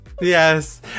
yes